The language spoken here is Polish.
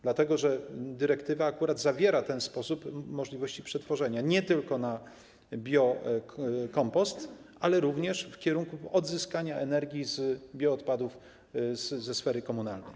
Dlatego że dyrektywa zawiera akurat ten sposób możliwości przetworzenia, nie tylko na biokompost, ale również w kierunku odzyskania energii z bioodpadów ze sfery komunalnej.